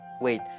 wait